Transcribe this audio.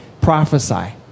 prophesy